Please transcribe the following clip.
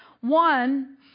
One